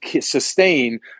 sustain